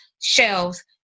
Shelves